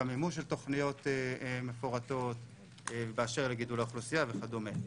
המימוש של תוכניות לגידול האוכלוסייה וכדומה.